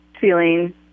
feeling